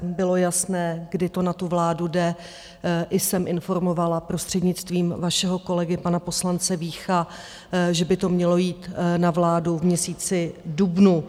Bylo jasné, kdy to na tu vládu jde, i jsem informovala prostřednictvím vašeho kolegy, pana poslance Vícha, že by to mělo jít na vládu v měsíci dubnu.